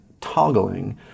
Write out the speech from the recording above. toggling